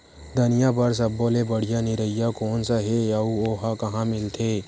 धनिया बर सब्बो ले बढ़िया निरैया कोन सा हे आऊ ओहा कहां मिलथे?